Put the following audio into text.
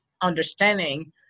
understanding